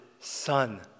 son